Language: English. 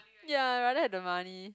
ya I rather have the money